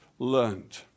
learned